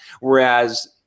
Whereas